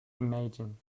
imagine